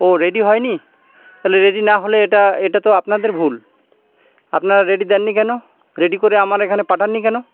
ও ready হয়নি তাহলে ready না হলে এটা এটা তো আপনাদের ভুল আপনার রেডি দেননি কেন রেডি করে আমার এখানে পাঠাননি কেন